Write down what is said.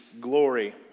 glory